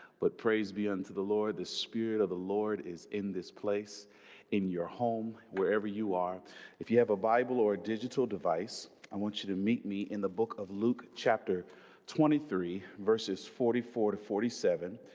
but praise be unto the lord the spirit of the lord is in this place in your home wherever you are if you have a bible or a digital device i want to meet me in the book of luke chapter twenty three verses forty four to forty seven.